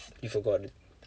you forgot